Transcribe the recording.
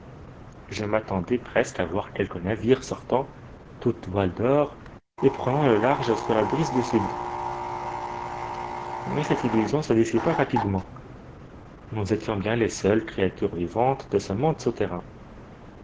je m'attendais presque à voir quelque navire sortant toutes voiles dehors et prenant le large sous la brise du sud mais cette illusion se dissipa rapidement nous étions bien les seules créatures vivantes de ce monde souterrain